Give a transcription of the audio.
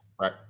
Right